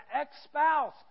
ex-spouse